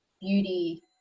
beauty